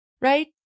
right